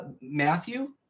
Matthew